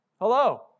Hello